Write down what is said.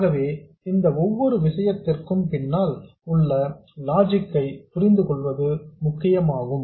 ஆகவே இந்த ஒவ்வொரு விஷயத்திற்கு பின்னால் உள்ள லாஜிக்கை புரிந்து கொள்வது முக்கியமாகும்